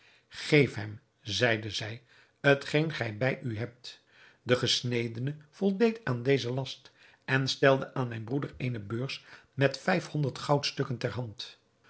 geef hem zeide zij t geen gij bij u hebt de gesnedene voldeed aan dezen last en stelde aan mijn broeder eene beurs met vijf-honderd goudstukken ter hand